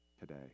today